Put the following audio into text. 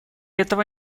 этого